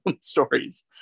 stories